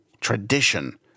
Tradition